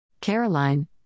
Caroline